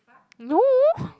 no